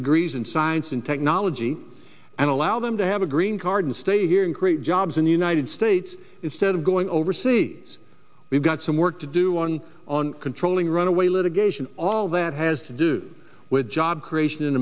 degrees in science and technology and allow them to have a green card and stay here and create jobs in the united states is said of going over see we've got some work to do on on controlling runaway litigation all that has to do with job creation in